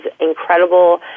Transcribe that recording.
incredible